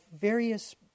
various